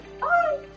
Bye